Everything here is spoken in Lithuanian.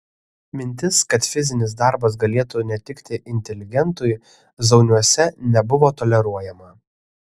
mintis kad fizinis darbas galėtų netikti inteligentui zauniuose nebuvo toleruojama